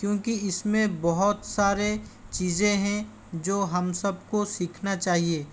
क्योंकि इसमें बहुत सारे चीज़ें हैं जो हम सबको सीखना चाहिये